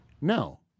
No